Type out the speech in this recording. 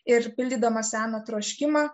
ir pildydama seną troškimą